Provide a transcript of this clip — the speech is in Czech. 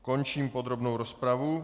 Končím podrobnou rozpravu.